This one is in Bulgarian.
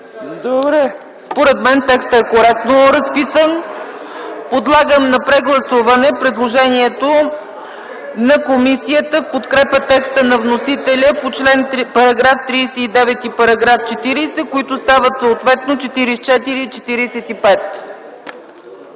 Според мен текстът е коректно разписан. Подлагам на прегласуване предложението на комисията в подкрепа текста на вносителя по § 39 и § 40, които стават съответно 44 и 45.